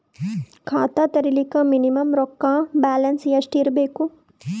ಖಾತಾ ತೇರಿಲಿಕ ಮಿನಿಮಮ ರೊಕ್ಕ ಬ್ಯಾಲೆನ್ಸ್ ಎಷ್ಟ ಇರಬೇಕು?